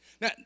Now